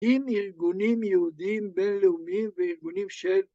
עם ארגונים יהודיים בינלאומיים, וארגונים ש...